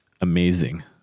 amazing